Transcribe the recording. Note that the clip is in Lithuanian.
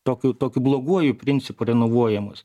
tokiu tokiu bloguoju principu renovuojamas